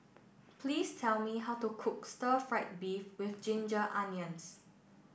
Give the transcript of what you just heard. please tell me how to cook Stir Fried Beef with Ginger Onions